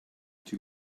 two